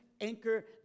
anchor